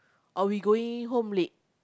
or we going home late